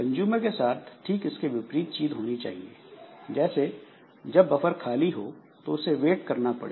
consumer के साथ ठीक इसके विपरीत चीज होनी चाहिए जैसे जब बफर खाली हो तो इसे वेट करना पड़े